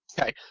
Okay